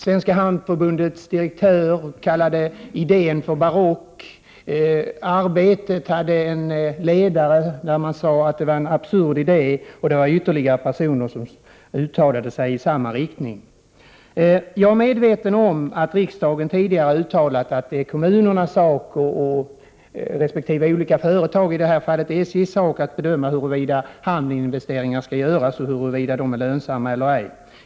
Svenska hamnförbundets direktör kallar idén för barock. Tidningen Arbetet hade en ledare, där man sade att det var en absurd idé. Även från andra håll har man uttalat sig i samma riktning. Jag är medveten om att riksdagen tidigare har uttalat att det är kommunernas resp. olika företags sak — i detta fall SJ:s sak — att bedöma huruvida hamninvesteringar skall göras och huruvida de är lönsamma eller ej.